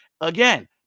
again